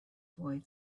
boy